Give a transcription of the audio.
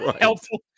Helpful